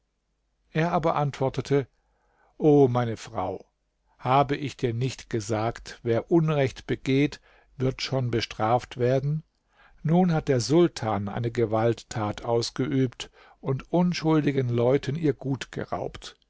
er aber antwortete o meine frau habe ich dir nicht gesagt wer unrecht begeht wird schon bestraft werden nun hat der sultan eine gewalttat ausgeübt und unschuldigen leuten ihr gut geraubt